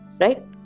right